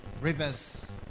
rivers